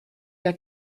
your